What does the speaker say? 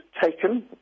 Taken